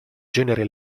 genere